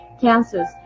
cancers